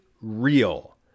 real